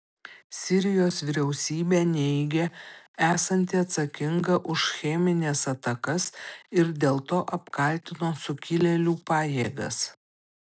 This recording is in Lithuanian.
sirijos vyriausybė neigia esanti atsakinga už chemines atakas ir dėl to apkaltino sukilėlių pajėgas